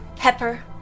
Pepper